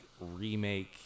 remake